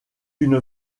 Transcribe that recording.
une